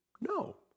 No